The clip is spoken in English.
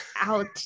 out